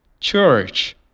Church